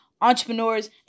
entrepreneurs